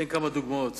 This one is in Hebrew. אתן כמה דוגמאות.